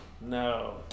No